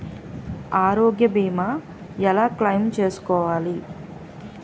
ఆరోగ్య భీమా ఎలా క్లైమ్ చేసుకోవాలి?